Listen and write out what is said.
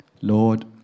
Lord